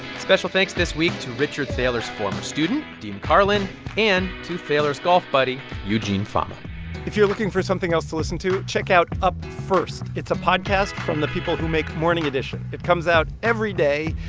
special thanks this week to richard thaler's former student dean karlan and to thaler's golf buddy eugene fama if you're looking for something else to listen to, check out up first. it's a podcast from the people who make morning edition. it comes out every day.